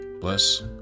bless